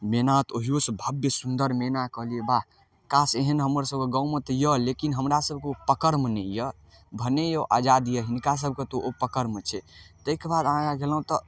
मेना तऽ ओहियोसँ भव्य सुन्दर मैना कहलियै वाह काश एहन हमर सभक गाँवमे तऽ यऽ लेकिन हमरा सबके ओ पकड़मे नहि अइ भने ओ आजाद यऽ हिनका सबके तऽ ओ पकड़मे छै तैके बाद आगाँ गेलहुँ तऽ